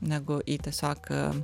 negu į tiesiog